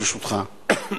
ברשותך.